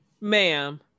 ma'am